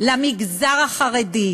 למגזר החרדי: